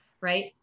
right